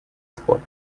spot